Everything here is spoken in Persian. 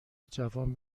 جوان